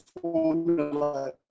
formula